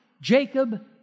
Jacob